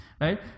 right